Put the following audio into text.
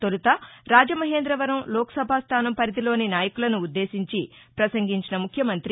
తొలుత రాజమహేందవరం లోక్సభ స్థానం పరిధిలోని నాయకులను ఉద్దేశించి పసంగించిన ముఖ్యమంతి